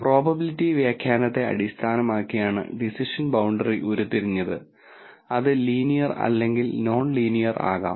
probability വ്യാഖ്യാനത്തെ അടിസ്ഥാനമാക്കിയാണ് decision boundary ഉരുത്തിരിഞ്ഞത് അത് ലീനിയർ അല്ലെങ്കിൽ നോൺ ലീനിയർ ആകാം